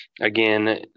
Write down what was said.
again